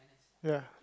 ya